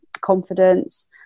confidence